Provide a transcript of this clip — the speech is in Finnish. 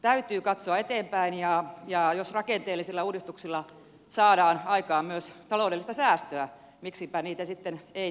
täytyy katsoa eteenpäin ja jos rakenteellisilla uudistuksilla saadaan aikaan myös taloudellista säästöä miksipä niitä sitten ei tehtäisi